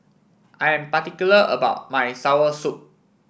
I am particular about my soursop